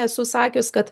esu sakius kad